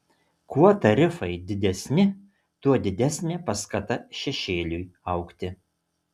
kuo tarifai didesni tuo didesnė paskata šešėliui augti